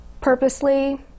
purposely